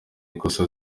ikosa